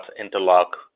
interlock